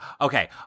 Okay